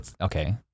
Okay